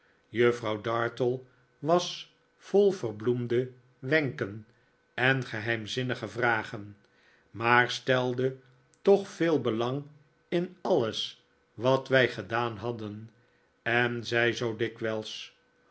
juffrouw dartle was vol verbloemde wenken en geheimzinnige vragen maar stelde toch veel belang in alles wat wij gedaan hadden en zei zoo dikwijls